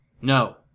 No